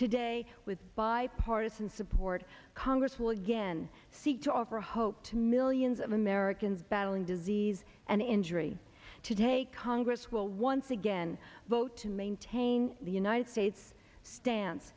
today with bipartisan support congress will again seek to offer hope to millions of americans battling disease and injury today congress will once again vote to maintain the united states stan